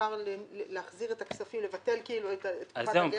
מותר להחזיר את הכספים, לבטל את קופת הגמל?